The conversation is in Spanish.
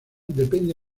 depende